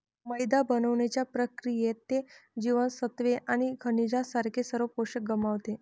मैदा बनवण्याच्या प्रक्रियेत, ते जीवनसत्त्वे आणि खनिजांसारखे सर्व पोषक गमावते